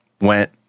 went